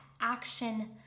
action